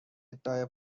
ادعای